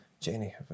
jenny